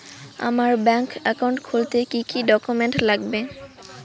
আমার bank account খুলতে কি কি ডকুমেন্ট লাগবে?